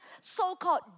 so-called